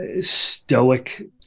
stoic